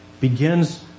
begins